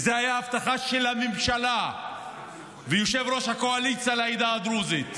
וזאת הייתה הבטחה של הממשלה ויושב-ראש הקואליציה לעדה הדרוזית,